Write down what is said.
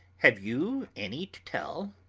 have you any to tell?